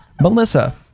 Melissa